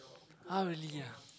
ah really ah